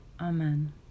Amen